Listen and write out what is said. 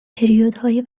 پریودهای